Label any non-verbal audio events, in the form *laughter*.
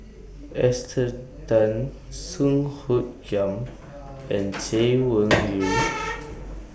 Esther Tan Song Hoot Kiam and *noise* Chay Weng Yew